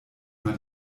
mal